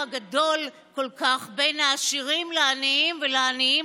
הגדול כל כך בין העשירים לעניים ולעניים